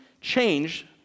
change